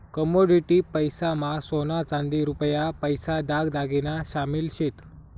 commodity पैसा मा सोना चांदी रुपया पैसा दाग दागिना शामिल शेत